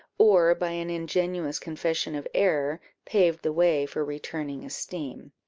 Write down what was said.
or by an ingenuous confession of error, paved the way for returning esteem.